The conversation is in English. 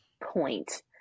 point